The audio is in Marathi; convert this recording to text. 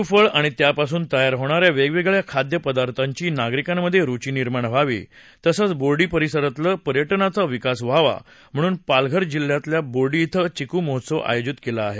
चिकू फळ आणि त्यापासून तयार होणाऱ्या वेगवेगळ्या खाद्यपदार्थांची नागरिकांमध्ये रुची निर्माण व्हावी तसंच बोर्डी परिसरातलं पर्यटनाचा विकास व्हावा म्हणून पालघर जिल्ह्यात बोर्डी इथं चिकू महोत्सव आयोजित केला आहे